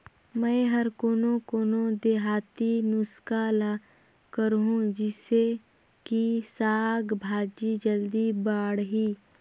मै हर कोन कोन देहाती नुस्खा ल करहूं? जिसे कि साक भाजी जल्दी बाड़ही?